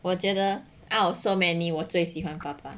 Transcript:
我觉得 out of so many 我最喜欢爸爸